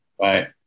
Right